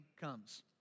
comes